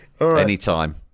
Anytime